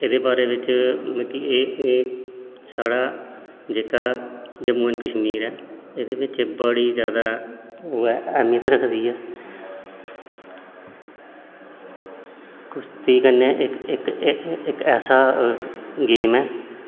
एह्दे बारे बिच्च मिगी एह् साढ़ा जेह्का जम्मू एड़ कश्मीर ऐ एह्दे बिच्च बड़ा जादा एह् ऐह्मियत रखदी ऐ कुश्ती कन्नै इक ऐसी गेम ऐ